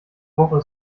woche